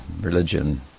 religion